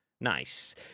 Nice